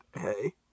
hey